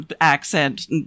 accent